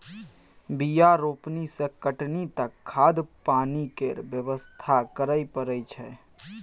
बीया रोपनी सँ कटनी तक खाद पानि केर बेवस्था करय परय छै